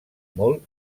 molt